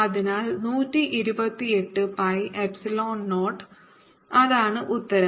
അതിനാൽ 128 pi epsilon 0 അതാണ് ഉത്തരം